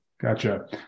Gotcha